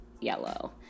yellow